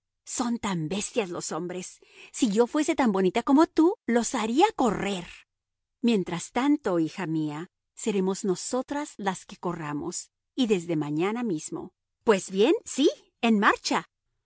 son tan bestias los hombres si yo fuese tan bonita como tú los haría correr mientras tanto hija mía seremos nosotras las que corramos y desde mañana mismo pues bien sí en marcha